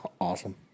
Awesome